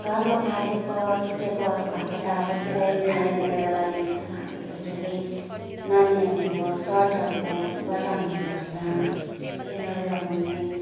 घरमा फाटेको टुटेकोहरू भएको त अब सिलाइ बुनाइ गरेर लगाइन्छ अब जस्तो कि नानीहरूको सर्टहरूको बटनहरू झर्छ तिनीहरू लगाउनु